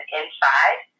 inside